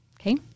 Okay